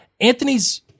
Anthony's